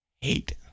hate